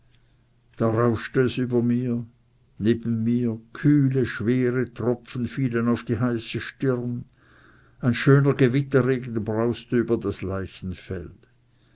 da rauschte es über mir neben mir kühle schwere tropfen fielen auf die heiße stirn ein schöner gewitterregen brauste über das